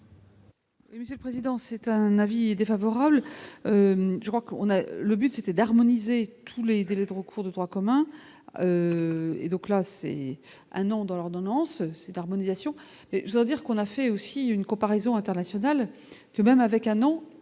ministre. Le président c'est un avis est défavorable, je crois qu'on a le but c'était d'harmoniser tous les délais de recours de droit commun et donc là c'est un an dans l'ordonnance c'est harmonisation mais sans dire qu'on a fait aussi une comparaison internationale que même avec un an